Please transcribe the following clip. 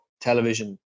television